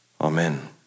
Amen